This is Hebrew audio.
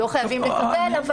לא חייבים לקבל.